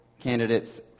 candidate's